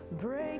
Break